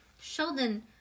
Sheldon